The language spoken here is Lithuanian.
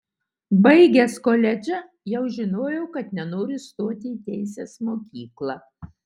baigęs koledžą jau žinojau kad nenoriu stoti į teisės mokyklą